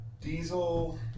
Diesel